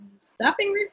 stopping